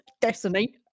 Destiny